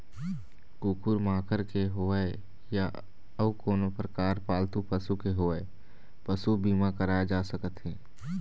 कुकुर माकर के होवय या अउ कोनो परकार पालतू पशु के होवय पसू बीमा कराए जा सकत हे